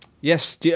Yes